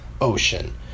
Ocean